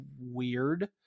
weird